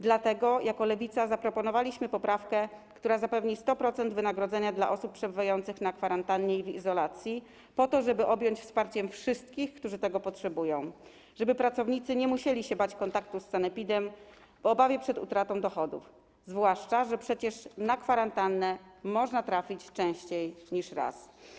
Dlatego jako Lewica zaproponowaliśmy poprawkę, która zapewni 100% wynagrodzenia dla osób przebywających na kwarantannie i w izolacji po to, żeby objąć wsparciem wszystkich, którzy tego potrzebują, żeby pracownicy nie musieli się bać kontaktu z sanepidem w obawie przed utratą dochodów, zwłaszcza że przecież na kwarantannę można trafić częściej niż raz.